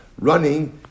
Running